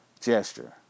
gesture